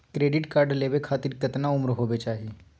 Credit card लेवे खातीर कतना उम्र होवे चाही?